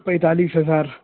پینتالیس ہزار